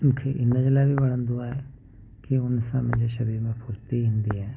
मूंखे इनजे लाइ बि वणंदो आहे की उनसां मुंहिंजे शरीर में फ़ुर्ती ईंदी आहे